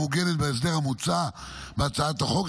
המעוגנת בהסדר המוצע בהצעת החוק,